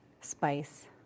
spice